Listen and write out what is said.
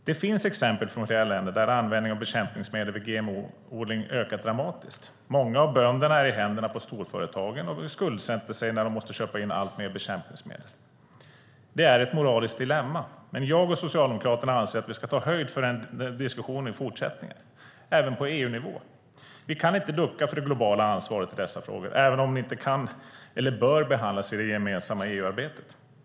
Det finns exempel från länder där användning av bekämpningsmedel vid GMO-odling har ökat dramatiskt. Många av bönderna är i händerna på storföretagen och skuldsätter sig när de måste köpa in alltmer bekämpningsmedel. Det är ett moraliskt dilemma, men jag och Socialdemokraterna anser att vi ska ta höjd för en diskussion i fortsättningen, även på EU-nivå. Vi kan inte ducka för det globala ansvaret i dessa frågor, även om de inte kan eller bör behandlas i det gemensamma EU-arbetet.